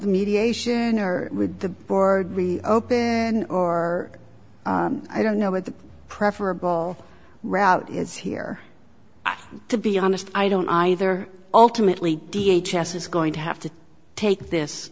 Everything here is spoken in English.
mediation or with the board be open or i don't know what the preferable route is here to be honest i don't either ultimately d h s s is going to have to take this